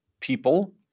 people